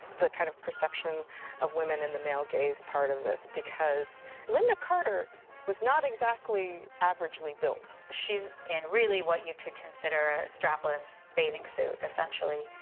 the kind of perception of women, and the male-gaze part of this, because lynda carter was not exactly averagely built. she's in, really, what you could consider a strapless bathing suit, essentially.